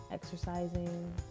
exercising